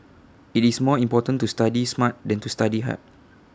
IT is more important to study smart than to study hard